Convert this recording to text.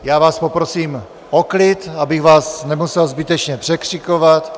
Já vás poprosím o klid, abych vás nemusel zbytečně překřikovat.